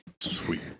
Sweet